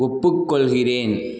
ஒப்புக்கொள்கிறேன்